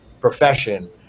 profession